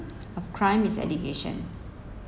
crime is education